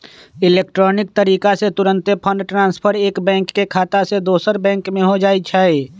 electronic तरीका से तूरंते फंड ट्रांसफर एक बैंक के खता से दोसर में हो जाइ छइ